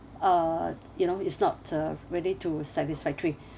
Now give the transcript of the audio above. uh you know it's not uh ready to satisfactory